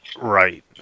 Right